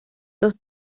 dos